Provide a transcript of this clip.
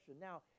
Now